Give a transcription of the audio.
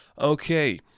Okay